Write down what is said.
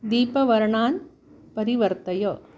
दीपवर्णान् परिवर्तय